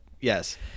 yes